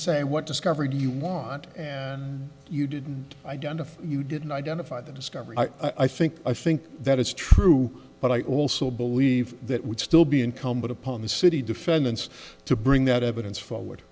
say what discovered you want and you didn't identify you didn't identify the discovery i think i think that is true but i also believe that would still be incumbent upon the city defendants to bring that evidence forward